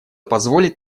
позволит